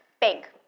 bank